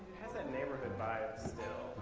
has a neighborhood bias